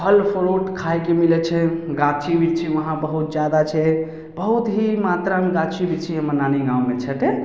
फल फ्रूट खाइके मिलै छै गाछी बिरछी वहाँ बहुत जादा छै बहुत ही मात्रामे गाछी बिरछी हमर नानी गाँवमे छै